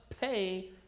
pay